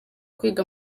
kwiga